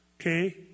Okay